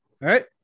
right